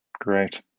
Great